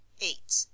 eight